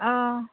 অঁ